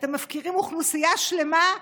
אתם מפקירים אוכלוסייה שלמה,